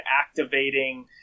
activating